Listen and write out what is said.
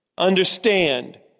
understand